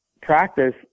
Practice